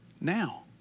now